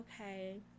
okay